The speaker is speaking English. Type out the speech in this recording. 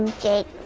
jake.